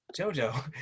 JoJo